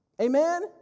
Amen